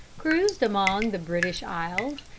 cruised among the british isles,